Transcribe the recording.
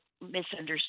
misunderstood